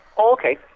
Okay